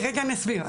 אני אסביר.